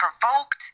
provoked